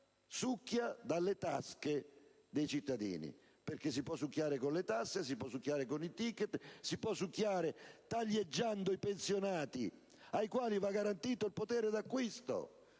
"succhia" dalle tasche dei cittadini (perché si può succhiare con le tasse, con i*ticket* e taglieggiando i pensionati, cui va garantito il potere di acquisto: